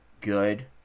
good